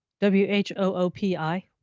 W-H-O-O-P-I